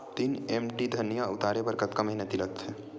तीन एम.टी धनिया उतारे बर कतका मेहनती लागथे?